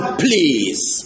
please